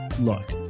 Look